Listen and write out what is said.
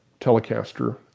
Telecaster